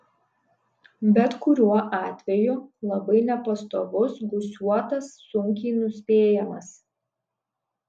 bet kuriuo atveju labai nepastovus gūsiuotas sunkiai nuspėjamas